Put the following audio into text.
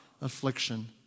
affliction